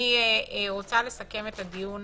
אני רוצה לסכם את הדיון